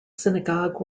synagogue